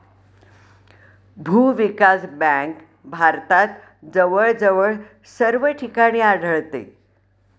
भूविकास बँक भारतात जवळजवळ सर्व ठिकाणी आढळते